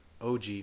OG